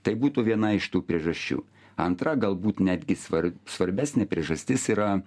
tai būtų viena iš tų priežasčių antra galbūt netgi svar svarbesnė priežastis yra